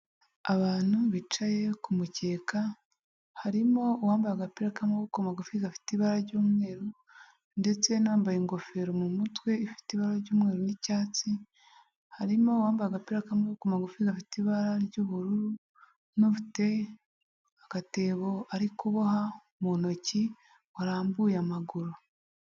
Abantu bicaye ku mukeka, harimo uwambaye agapira k'amaboko magufi gafite ibara ry'umweru ndetse n'uwambaye ingofero mu mutwe, ifite ibara ry'umweru n'icyatsi, harimo uwambaye agapira k'amaboko magufi gafite ibara ry'ubururu, n'ufite agatebo ari kuboha mu ntoki, warambuye amaguru